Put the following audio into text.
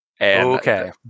Okay